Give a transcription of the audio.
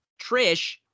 Trish